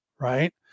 right